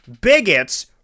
bigots